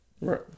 Right